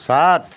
सात